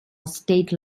state